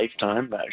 lifetime